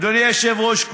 אדוני היושב-ראש,